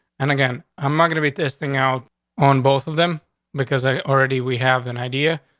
and again, i'm not gonna be testing out on both of them because i already we have an idea.